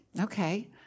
okay